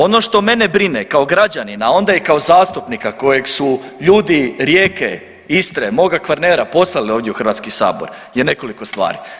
Ono što mene brine kao građanina, a onda i kao zastupnika kojeg su ljudi Rijeke, Istre, moga Kvarnera poslali ovdje u HS je nekoliko stvari.